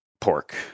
pork